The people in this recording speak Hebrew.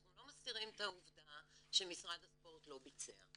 אנחנו לא מסתירים את העובדה שמשרד הספורט לא ביצע.